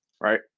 right